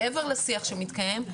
מעבר לשיח שמתקיים.